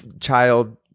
child